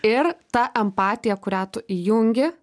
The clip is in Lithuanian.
ir ta empatija kurią tu įjungi